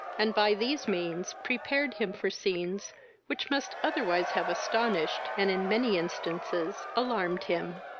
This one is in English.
and by these means prepared him for scenes which must otherwise have astonished, and in many instances alarmed, him.